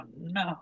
no